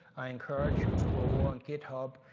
i encourage you to go on github,